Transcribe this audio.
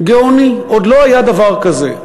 גאוני, עוד לא היה דבר כזה.